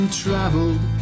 traveled